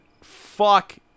Fuck